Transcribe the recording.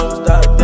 stop